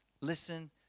Listen